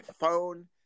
phone